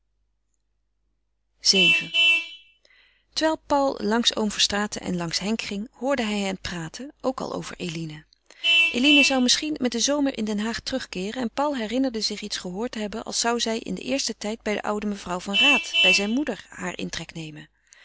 vii terwijl paul langs oom verstraeten en langs henk ging hoorde hij hen praten ook al over eline eline zou misschien met den zomer in den haag terugkeeren en paul herinnerde zich iets gehoord te hebben als zou zij in den eersten tijd bij de oude mevrouw van raat bij zijn moeder haar intrek nemen